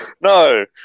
no